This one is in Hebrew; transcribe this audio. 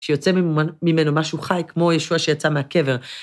שיוצא ממנו משהו חי כמו ישוע שיצא מהקבר.